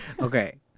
Okay